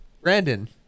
Brandon